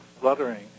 fluttering